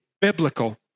biblical